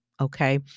okay